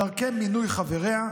דרכי מינוי חבריה,